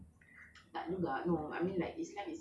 you are answerable for your own